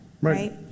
right